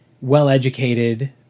well-educated